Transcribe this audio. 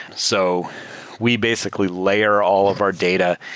so we basically layer all of our data.